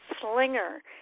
Slinger